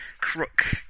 crook